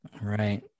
Right